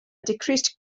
decreased